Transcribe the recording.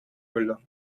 müller